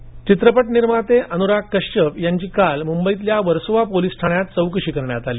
कश्यप चित्रपट निर्माते अनुराग कश्यप यांची काल मुंबईतील्या वर्सोवा पोलिस ठाण्यात चौकशी करण्यात आली